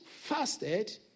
fasted